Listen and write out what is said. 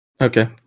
okay